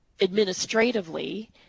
administratively